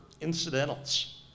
incidentals